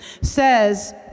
says